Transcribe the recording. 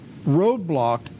roadblocked